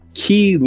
key